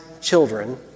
children